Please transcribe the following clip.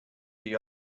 the